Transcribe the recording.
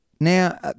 Now